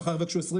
מחר יבקשו 22,